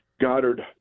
Goddard